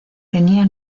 tenía